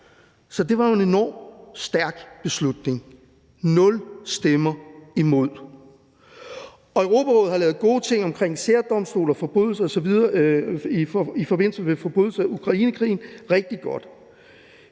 Så det var jo en enorm stærk beslutning – nul stemmer imod. Europarådet har lavet gode ting omkring særdomstole i forbindelse med forbrydelser i Ukrainekrigen – rigtig godt.